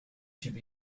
should